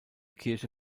kirche